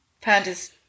Panda's